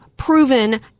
Proven